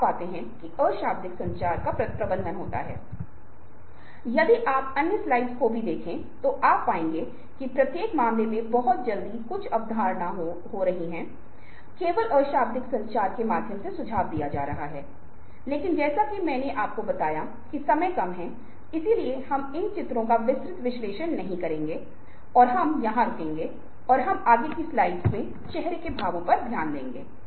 हम कहते हैं कि परिवर्तन हुआ है और जिस तरह से यह समाज इस बदलाव को देखता है और अनुनय के लिए लंगर के रूप में व्यवहार करता है वह कुछ ऐसा है जिसके साथ हम अनुनय के विभिन्न घटकों के साथ शुरू करेंगे और हम इसे सत्र के अगले सेट में करेंगे जहां हम रवैया के बारे में बात करेंगे हम लोगों के बारे में बात करेंगे हम संदेश के बारे में बात करेंगतरीका है जिससे हम अनुनय के विभिन्न पहलुओं का विस्तार करेंगे इसलिए आज के लिए हम यहाँ रुकते हैं